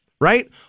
Right